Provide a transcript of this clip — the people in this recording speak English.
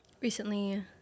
Recently